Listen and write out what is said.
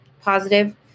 positive